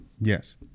Yes